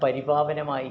പരിപാവനമായി